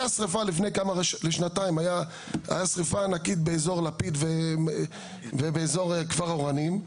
לפני שנתיים הייתה שריפה ענקית באזור לפיד ובאזור כפר אורנים,